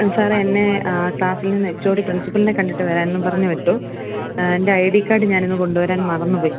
sir എന്നെ ക്ലാസ്സിൽ നിന്ന് എച്ച് ഒ ഡി പ്രിൻസിപ്പളിനെ കണ്ടിട്ട് വരാൻ എന്നും പറഞ്ഞ് വിട്ടു എന്റെ ഐ ഡി കാർഡ് ഞാൻ ഇന്ന് കൊണ്ടുവരാൻ മറന്നു പോയി